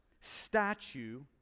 statue